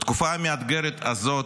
בתקופה המאתגרת הזאת,